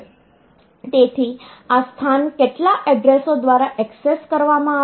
તેથી આ સ્થાન કેટલા એડ્રેસો દ્વારા ઍક્સેસ કરવામાં આવે છે